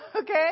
Okay